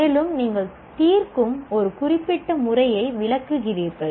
மேலும் நீங்கள் தீர்க்கும் ஒரு குறிப்பிட்ட முறையை விளக்குகிறீர்கள்